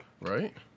right